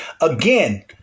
Again